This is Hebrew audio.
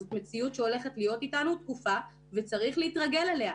זאת מציאות שהולכת להיות איתנו תקופה וצריך להתרגל אליה.